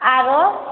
आरो